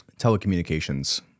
telecommunications